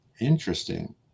Interesting